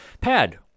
pad